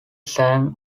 sang